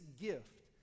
gift